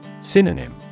Synonym